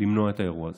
למנוע את האירוע הזה.